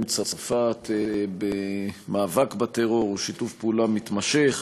צרפת במאבק בטרור הוא שיתוף פעולה מתמשך.